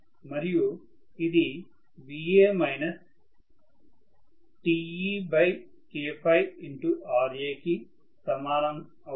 మరియు ఇది Va − TeKRa కి సమానం అవుతుంది